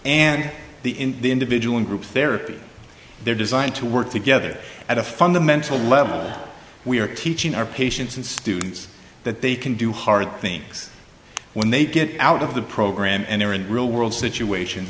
and the in the individual in group therapy they're designed to work together at a fundamental level we're teaching our patients and students that they can do hard things when they get out of the program and they're in real world situations